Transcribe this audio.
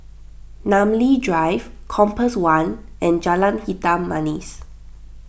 Namly Drive Compass one and Jalan Hitam Manis